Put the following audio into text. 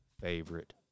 favorite